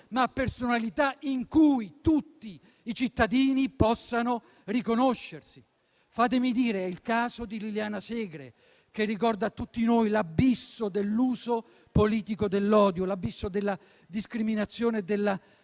a personalità in cui tutti i cittadini possano riconoscersi. Fatemelo dire: è il caso di Liliana Segre, che ricorda a tutti noi l'abisso dell'uso politico dell'odio, della discriminazione e della